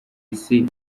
isi